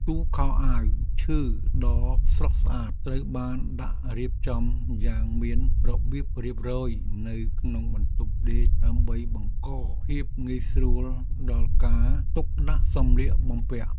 ទូខោអាវឈើដ៏ស្រស់ស្អាតត្រូវបានដាក់រៀបចំយ៉ាងមានរបៀបរៀបរយនៅក្នុងបន្ទប់ដេកដើម្បីបង្កភាពងាយស្រួលដល់ការទុកដាក់សម្លៀកបំពាក់។